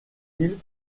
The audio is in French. îles